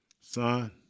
son